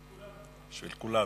בשביל כולנו.